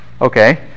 okay